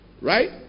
Right